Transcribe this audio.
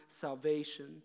salvation